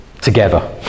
together